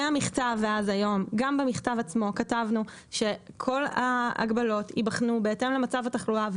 במכתב עצמו כתבנו שכל ההגבלות ייבחנו בהתאם למצב התחלואה,